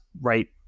right